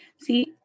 See